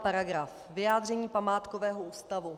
§ 51 Vyjádření památkového ústavu.